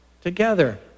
Together